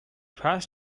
first